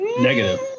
Negative